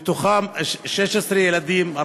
ומתוכם 16 ילדים,